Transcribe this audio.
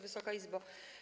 Wysoka Izbo!